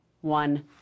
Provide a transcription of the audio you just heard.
one